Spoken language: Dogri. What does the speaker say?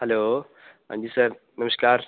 हैलो हां जी सर नमस्कार